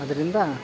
ಅದರಿಂದ